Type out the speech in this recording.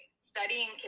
studying